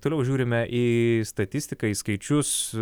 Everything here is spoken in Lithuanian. toliau žiūrime į statistiką į skaičius